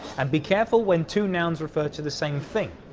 and be careful when two nouns refer to the same thing.